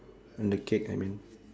and the cake I mean